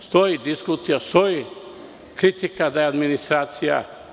Stoji diskusija, stoji kritika da je administracija…